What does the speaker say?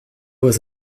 was